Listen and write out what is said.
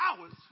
hours